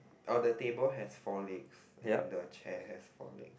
oh the table has four legs and the chairs have four legs